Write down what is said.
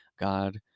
God